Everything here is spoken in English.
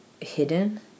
hidden